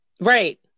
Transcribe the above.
Right